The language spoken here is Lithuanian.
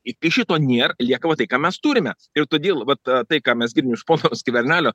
iki šito nėra lieka va tai ką mes turime ir todėl vat tai ką mes girdime pono skvernelio